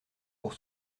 pour